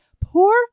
poor